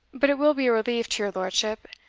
but it will be a relief to your lordship,